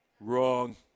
wrong